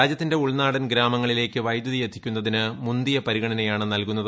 രാജ്യത്തിന്റെ ഉൾനാടൻ ഗ്രാമങ്ങളിലേക്ക് വൈദ്യുതി എത്തിക്കുന്നതിന് മുന്തിയ പരിഗണനയാണ് കർഷകരെയും നൽകുന്നത്